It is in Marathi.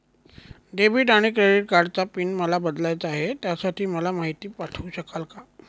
डेबिट आणि क्रेडिट कार्डचा पिन मला बदलायचा आहे, त्यासाठी मला माहिती पाठवू शकाल का?